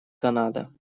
канада